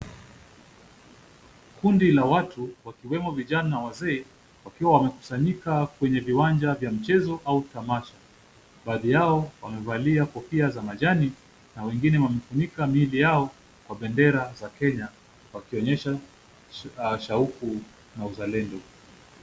Kundi la watu wakiwemo vijana na wazee, wakiwa wamekusanyika kwenye viwanja vya michezo au tamasha. Badhii yao wamevalia kofia za majani na wengine wamefunika miili yao kwa bendera za Kenya wakionyesha shauku na uzalendo.